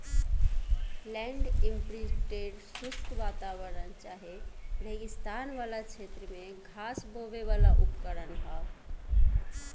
land imprinter शुष्क वातावरण चाहे रेगिस्तान वाला क्षेत्र में घास बोवेवाला उपकरण ह